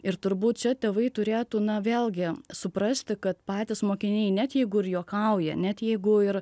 ir turbūt čia tėvai turėtų na vėlgi suprasti kad patys mokiniai net jeigu ir juokauja net jeigu ir